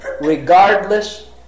regardless